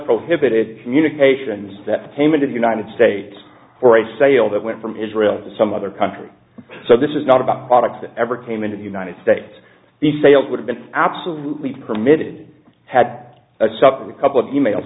prohibited communications that came into the united states for each sale that went from israel to some other country so this is not about products that ever came into the united states the sales would have been absolutely permitted had supper a couple of e mails